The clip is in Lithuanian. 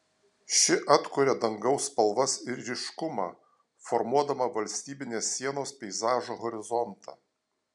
ši atkuria dangaus spalvas ir ryškumą formuodama valstybinės sienos peizažo horizontą